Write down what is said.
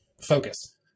Focus